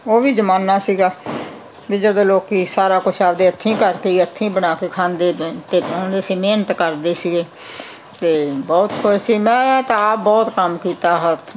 ਉਹ ਵੀ ਜ਼ਮਾਨਾ ਸੀਗਾ ਵੀ ਜਦੋਂ ਲੋਕ ਸਾਰਾ ਕੁਝ ਆਪਦੇ ਹੱਥੀਂ ਕਰਕੇ ਹੱਥੀਂ ਬਣਾ ਕੇ ਖਾਂਦੇ ਅਤੇ ਪਾਉਂਦੇ ਸੀ ਮਿਹਨਤ ਕਰਦੇ ਸੀਗੇ ਅਤੇ ਬਹੁਤ ਖੁਸ਼ ਸੀ ਮੈਂ ਤਾਂ ਆਪ ਬਹੁਤ ਕੰਮ ਕੀਤਾ ਹੱਥ